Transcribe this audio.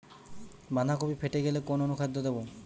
বাঁধাকপি ফেটে গেলে কোন অনুখাদ্য দেবো?